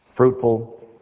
fruitful